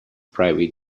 private